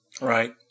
Right